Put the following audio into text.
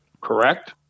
Correct